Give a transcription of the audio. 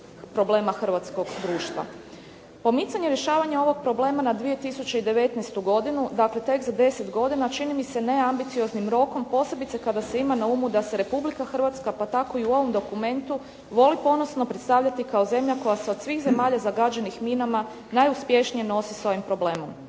problema hrvatskog društva. Pomicanje rješavanja ovog problema na 2019. godinu, dakle tek za 10 godina čini mi se neambicioznim rokom, posebice kada se ima na umu da se Republika Hrvatska, pa tako i u ovom dokumentu voli ponosno predstavljati kao zemlja koja se od svih zemalja zagađenih minama najuspješnije nosi s ovim problemom.